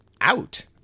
Out